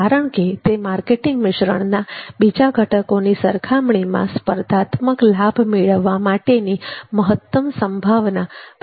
કારણ કે તે માર્કેટિંગ મિશ્રણના બીજા ઘટકોની સરખામણીમાં સ્પર્ધાત્મક લાભ મેળવવા માટેની મહત્તમ સંભાવના પ્રદાન કરે છે